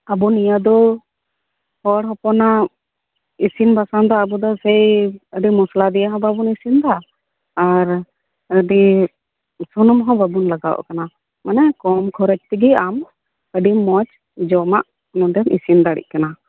ᱟᱵᱚ ᱱᱤᱭᱟᱹ ᱫᱚ ᱦᱚᱲ ᱦᱚᱯᱚᱱᱟᱜ ᱤᱥᱤᱱ ᱵᱟᱥᱟᱝ ᱫᱚ ᱟᱵᱚ ᱫᱚ ᱥᱮᱭ ᱟᱹᱰᱤ ᱢᱚᱥᱞᱟ ᱫᱤᱭᱮ ᱫᱚ ᱵᱟᱵᱚᱱ ᱤᱥᱤᱱ ᱮᱫᱟ ᱟᱨ ᱟᱹᱰᱤ ᱥᱩᱱᱩᱢ ᱦᱚᱸ ᱵᱟᱵᱚᱱ ᱠᱟᱜᱟᱣᱟᱜ ᱠᱟᱱᱟ ᱢᱟᱱᱮ ᱠᱚᱢ ᱠᱷᱚᱨᱚᱪ ᱛᱮᱜᱮ ᱟᱢ ᱟᱰᱤ ᱢᱚᱸᱡᱽ ᱡᱚᱢᱟᱜ ᱱᱚᱰᱮᱢ ᱤᱥᱤᱱ ᱫᱟᱲᱮᱭᱟᱜ ᱠᱟᱱᱟ